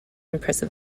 impressive